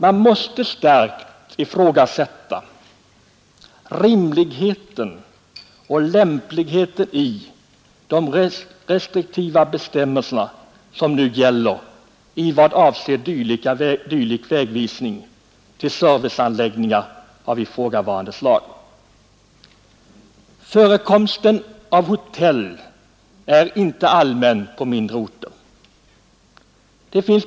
Man måste starkt ifrågasätta rimligheten och lämpligheten i de restriktiva bestämmelser som nu gäller i vad avser dylik vägvisning till serviceanläggningar av ifrågavarande slag. Förekomsten av hotell är inte allmän på mindre orter.